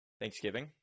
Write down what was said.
Thanksgiving